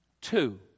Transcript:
two